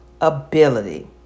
ability